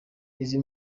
izi